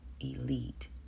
elite